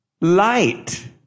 light